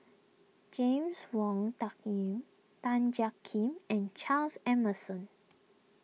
James Wong Tuck Yim Tan Jiak Kim and Charles Emmerson